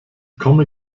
komme